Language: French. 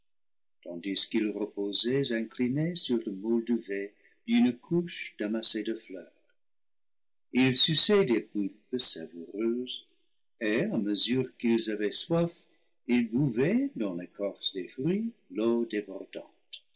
tandis qu'ils reposaient inclinés sur le mol duvet d'une couche damassée de fleurs ils suçaient des pulpes savoureuses et à mesure qu'ils avaient soif ils buvaient dans l'écorce des fruits l'eau débordante